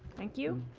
thank you.